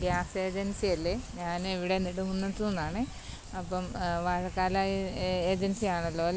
gas agency അല്ലേ ഞാൻ ഇവിടെ നെടുംകുന്നത്തൂന്നാണ് അപ്പം വാഴക്കാല ഏജൻസി ആണല്ലോ അല്ലേ